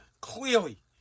clearly